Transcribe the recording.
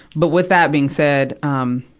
but with that being said, um,